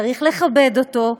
צריך לכבד אותו,